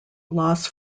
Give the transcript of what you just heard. loss